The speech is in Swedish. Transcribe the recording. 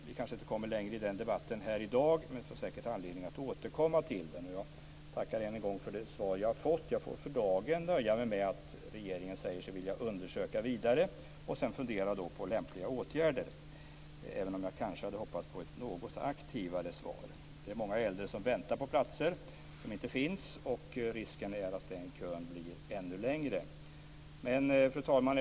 Vi kanske inte kommer längre i den debatten här i dag. Men vi får säkert anledning att återkomma till den. Jag tackar än en gång för det svar jag har fått. Jag får för dagen nöja mig med att regeringen säger sig vilja undersöka vidare och sedan fundera på lämpliga åtgärder, även om jag kanske hade hoppats på ett något aktivare svar. Det är många äldre som väntar på platser som inte finns. Risken är att kön blir ännu längre. Fru talman!